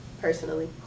personally